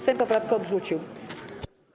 Sejm poprawkę odrzucił.